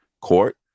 court